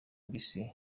mbisi